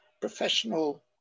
professional